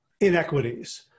inequities